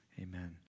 amen